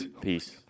Peace